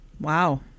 Wow